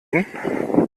ihnen